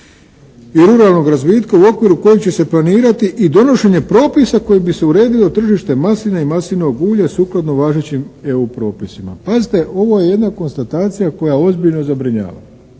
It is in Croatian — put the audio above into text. i ruralnog razvitka u okviru kojeg će se planirati i donošenje propisa koji bi se uredio tržište maslina i maslinovog ulja sukladno važećim EU propisima. Pazite, ovo je jedna konstatacija koja ozbiljno zabrinjava.